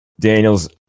Daniel's